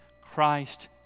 Christ